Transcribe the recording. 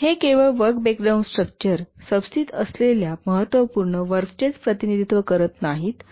हे केवळ work breakdown structure सबस्थित असलेल्या महत्त्वपूर्ण वर्कचेच प्रतिनिधित्व करत नाहीत